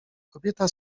kobieta